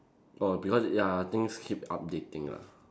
orh because ya things keep updating lah